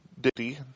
ditty